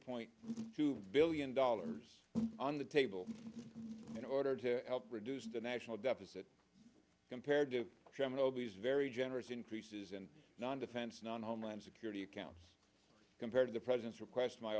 point two billion dollars on the table in order to help reduce the national deficit compared to chairman obie's very generous increases in non defense and on homeland security accounts compared to the president's request my